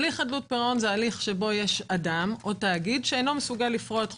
זה הליך שבו יש אדם או תאגיד שלא מסוגל לפרוע את חובותיו.